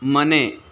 ಮನೆ